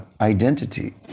identity